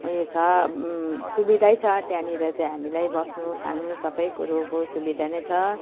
उयो छ सुविधै छ त्यहाँनिर चाहिँ हामीलाई बस्नु खानु सबै कुरोको सुविधा नै छ